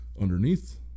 underneath